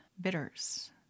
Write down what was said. bitters